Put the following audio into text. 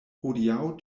hodiaŭ